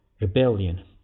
rebellion